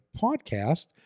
podcast